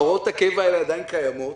הוראות הקבע האלה עדיין קיימות.